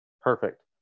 perfect